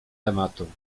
tematu